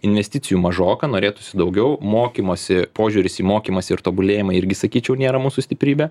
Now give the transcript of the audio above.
investicijų mažoka norėtųsi daugiau mokymosi požiūris į mokymąsi ir tobulėjimą irgi sakyčiau nėra mūsų stiprybė